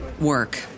work